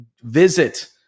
Visit